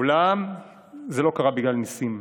אולם זה לא קרה בגלל ניסים.